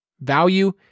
value